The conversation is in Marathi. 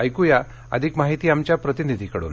ऐक्या अधिक माहिती आमच्या प्रतिनिधीकडून